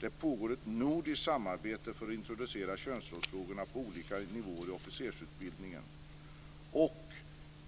Det pågår ett nordiskt samarbete för att introducera könsrollsfrågorna på olika nivåer i officersutbildningen.